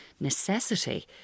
necessity